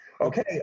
Okay